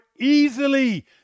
easily